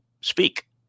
speak